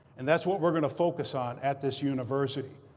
and that's what we're going to focus on at this university.